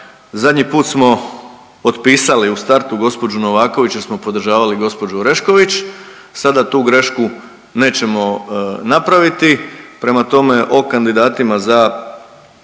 zadnji put smo otpisali u startu gospođu Novaković jer smo podržavali gospođu Orešković, sada tu grešku nećemo napraviti, prema tome o kandidatima za